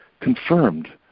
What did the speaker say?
confirmed